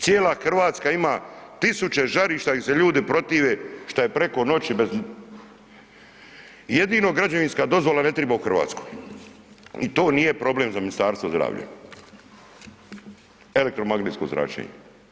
Cijela Hrvatska ima tisuće žarišta gdje se ljudi protive što je preko noći, jedino građevinska dozvola ne triba u Hrvatskoj i to nije problem za Ministarstvo zdravlja, elektromagnetsko zračenje.